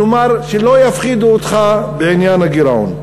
כלומר, שלא יפחידו אותך בעניין הגירעון.